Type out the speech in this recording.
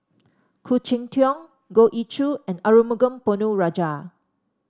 Khoo Cheng Tiong Goh Ee Choo and Arumugam Ponnu Rajah